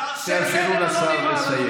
זה לא מפריע.